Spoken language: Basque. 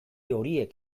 horiek